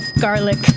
garlic